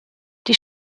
die